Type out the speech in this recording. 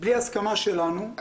בלי הסכמה שלנו,